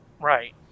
Right